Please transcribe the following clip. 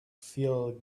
feel